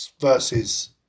versus